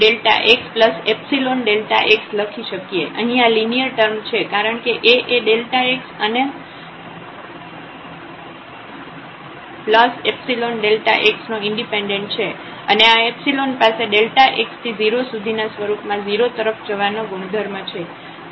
તેથી આપણે તેનેyAΔxϵΔx લખી શકીએ અહીં આ લિનિયર ટર્મ છે કારણકે A એ x and ϵΔx નો ઈન્ડિપેન્ડેન્ટ છે અને આ પાસે x→0 ના સ્વરૂપમાં 0 તરફ જવાનો ગુણધર્મ છે